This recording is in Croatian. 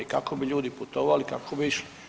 Kako bi ljudi putovali, kako bi išli?